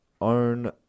own